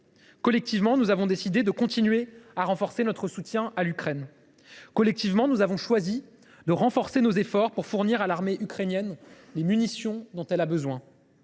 Collectivement, nous avons décidé de continuer à renforcer notre soutien à l’Ukraine. Collectivement, nous avons choisi de renforcer nos efforts pour fournir à l’armée ukrainienne les munitions dont elle a besoin.